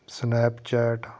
snapchat